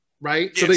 right